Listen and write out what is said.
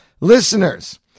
listeners